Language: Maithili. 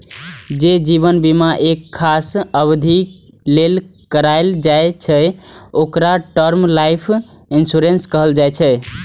जे जीवन बीमा एक खास अवधि लेल कराएल जाइ छै, ओकरा टर्म लाइफ इंश्योरेंस कहल जाइ छै